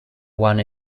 one